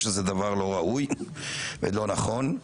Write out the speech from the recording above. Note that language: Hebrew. זה דבר לא ראוי ולא נכון.